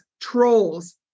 trolls